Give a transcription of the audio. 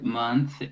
month